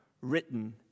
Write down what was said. written